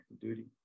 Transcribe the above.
duty